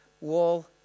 wall